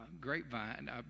grapevine